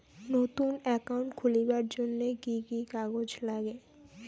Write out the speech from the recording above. নতুন একাউন্ট খুলির জন্যে কি কি কাগজ নাগে?